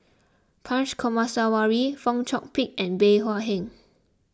Punch Coomaraswamy Fong Chong Pik and Bey Hua Heng